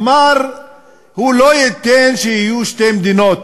אמר שהוא לא ייתן שיהיו שתי מדינות